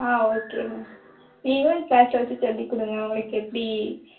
ஆ okay ma'am நீங்களே கிளாஸ்ல வச்சு சொல்லி கொடுங்க உங்களுக்கு எப்படி